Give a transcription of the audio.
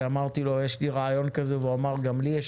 אמרתי שיש לי רעיון כזה והוא אמר שגם לו יש